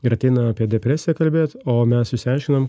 ir ateina apie depresiją kalbėt o mes išsiaiškinam